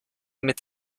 mit